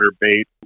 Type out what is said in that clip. bait